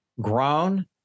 grown